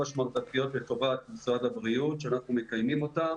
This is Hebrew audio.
השמרטפיות לטובת משרד הבריאות שאנחנו מקיימים אותן.